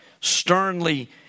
sternly